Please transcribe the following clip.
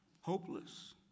hopeless